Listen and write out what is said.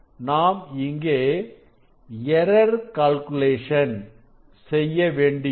நாம் எங்கே error calculation செய்யவேண்டியுள்ளது